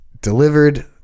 delivered